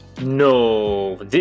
No